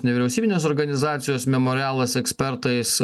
nevyriausybinės organizacijos memorialas ekspertais